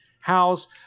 house